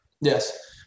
Yes